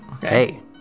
Hey